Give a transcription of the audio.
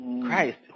Christ